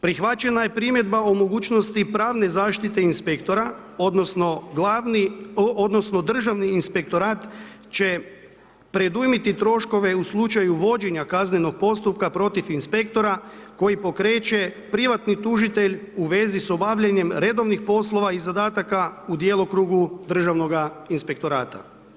Prihvaćena je primjedba o mogućnosti pravne zaštite inspektora odnosno glavni odnosno državni inspektorat će predujmiti troškove u slučaju vođenja kaznenog postupka protiv inspektora koji pokreće privatni tužitelj u vezi s obavljanjem redovnih poslova i zadataka u djelokrugu državnoga inspektorata.